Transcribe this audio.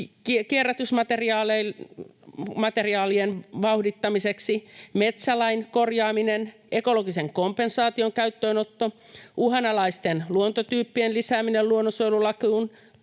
kierrätysmateriaalien vauhdittamiseksi, metsälain korjaaminen, ekologisen kompensaation käyttöönotto, uhanalaisten luontotyyppien lisääminen luonnonsuojelulakiin,